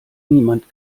niemand